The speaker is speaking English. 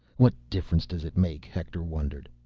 what difference does it make? hector wondered.